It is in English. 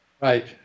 Right